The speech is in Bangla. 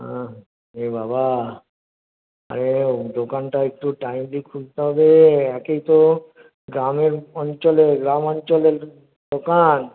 হ্যাঁ এ বাবা আরে দোকানটা একটু টাইমলি খুলতে হবে একেই তো গ্রামের অঞ্চলে গ্রাম অঞ্চলের দোকান